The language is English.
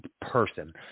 person